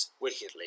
wickedly